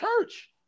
church